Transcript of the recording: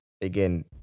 again